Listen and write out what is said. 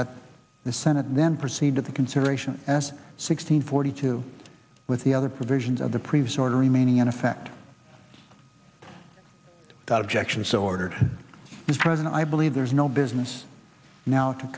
that the senate then proceed to the consideration as sixteen forty two with the other provisions of the previous order remaining in effect that objection so ordered is present i believe there is no business now to